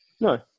No